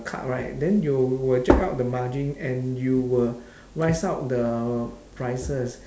cut right then you will jack up the margin and you will rise up the prices